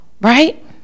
right